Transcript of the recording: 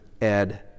Ed